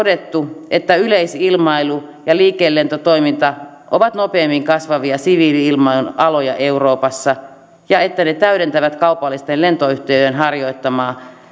todettu että yleisilmailu ja liikelentotoiminta ovat nopeimmin kasvavia siviili ilmailun aloja euroopassa ja että ne täydentävät kaupallisten lentoyhtiöiden harjoittamaa